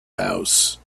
house